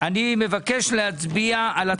אני מבקש להצביע על התקנות.